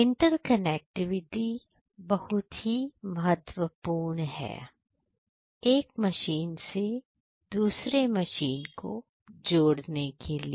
interconnectivity बहुत ही महत्वपूर्ण है एक मशीन से दूसरे मशीन को जोड़ने के लिए